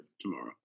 tomorrow